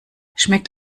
schmeckt